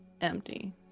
empty